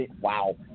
wow